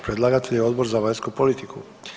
Predlagatelj je Odbor za vanjsku politiku.